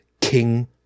King